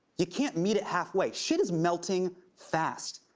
you can't meet it halfway. shit is melting fast,